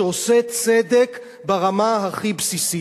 שעושה צדק ברמה הכי בסיסית.